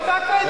חבר הכנסת טיבי,